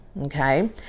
okay